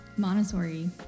Montessori